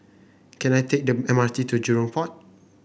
can I take the M R T to Jurong Port